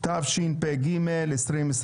תשפ"ג 2023,